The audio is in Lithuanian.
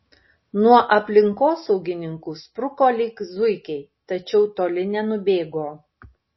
nuo aplinkosaugininkų spruko lyg zuikiai tačiau toli nenubėgo